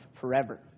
forever